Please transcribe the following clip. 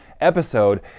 episode